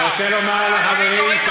אני רוצה להסביר לחברים.